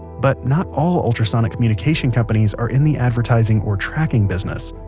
but, not all ultrasonic communication companies are in the advertising or tracking business.